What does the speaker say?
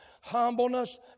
humbleness